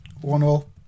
One-all